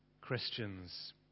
Christians